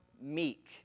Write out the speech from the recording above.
meek